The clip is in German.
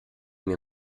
mir